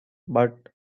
but